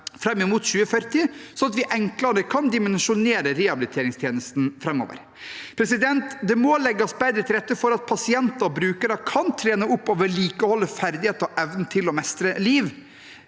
fram mot 2040, slik at vi enklere kan dimensjonere rehabiliteringstjenestene framover. Det må legges bedre til rette for at pasienter og brukere kan trene opp og vedlikeholde ferdigheter og evnen til å mestre eget